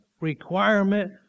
requirement